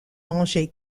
manger